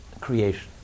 creation